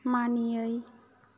मानियै